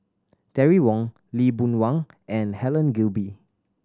Terry Wong Lee Boon Wang and Helen Gilbey